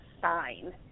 sign